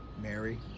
Mary